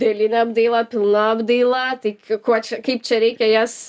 dalinė apdaila pilna apdaila tai kuo čia kaip čia reikia jas